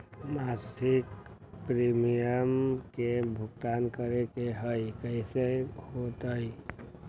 मासिक प्रीमियम के भुगतान करे के हई कैसे होतई?